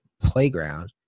playground